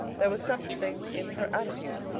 there was something in her attitude,